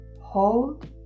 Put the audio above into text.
hold